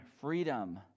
freedom